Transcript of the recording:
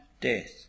death